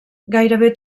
gairebé